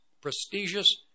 prestigious